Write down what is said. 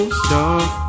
stop